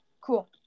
Cool